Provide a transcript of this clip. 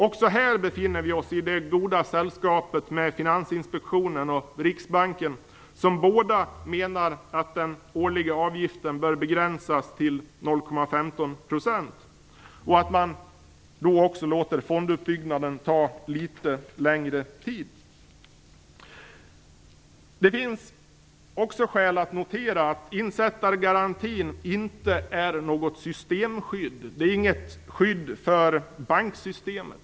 Också här befinner vi oss i det goda sällskapet av Finansinspektionen och Riksbanken, som båda menar att den årliga avgiften bör begränsas till 0,15 % och att man bör låta fonduppbyggnaden ta litet längre tid. Det finns också skäl att notera att insättargarantin inte är något systemskydd. Det är inget skydd för banksystemet.